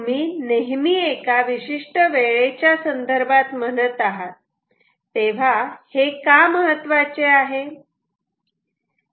तुम्ही नेहमी एका विशिष्ट वेळेच्या संदर्भात म्हणत आहात तेव्हा हे का महत्वाचे आहे